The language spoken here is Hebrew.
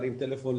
להרים טלפון,